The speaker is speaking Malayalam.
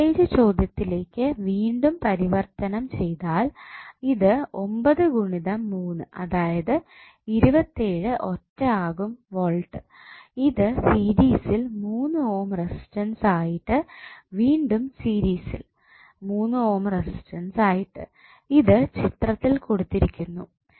വോൾട്ടേജ് ചോദ്യത്തിലേക്ക് വീണ്ടും പരിവർത്തനം ചെയ്താൽ ഇത് ഒമ്പത് ഗുണിതം മൂന്ന് അതായത് 27 ഒറ്റ ആകും വോൾട് ഇത് സീരീസിൽ 3 ഓം റസിസ്റ്റൻസ് ആയിട്ട് വീണ്ടും സീരീസിൽ മൂന്ന് ഓം റസിസ്റ്റൻസ് ആയിട്ട് ഇത് ചിത്രത്തിൽ കൊടുത്തിരിക്കുന്നു